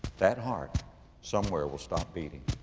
that heart somewhere will stop beating